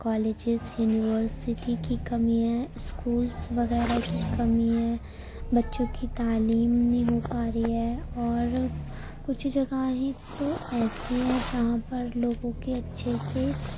colleges university کی کمی ہے اسکولس وغیرہ کی کمی ہے بچوں کی تعلیم نہیں ہو پا رہی ہے اور کچھ جگاہیں تو ایسی ہیں جہاں پر لوگوں کے اچھے سے